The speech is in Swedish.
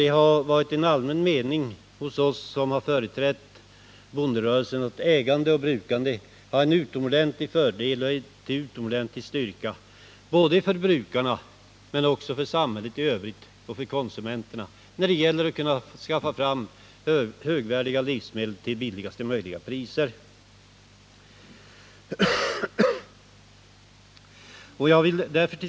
Det har varit en allmän uppfattning hos oss som företrätt bonderörelsen att ägande och brukande är till fördel för brukarna, för samhället i övrigt och för konsumenterna när det gäller att skaffa fram högvärdiga livsmedel till billigast möjliga priser.